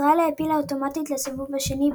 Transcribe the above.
ישראל העפילה אוטומטית לסיבוב השני,